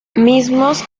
mismos